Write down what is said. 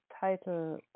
title